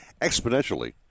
exponentially